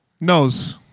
knows